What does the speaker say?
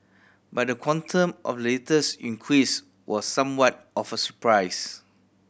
but the quantum of the latest increase was somewhat of a surprise